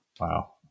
Wow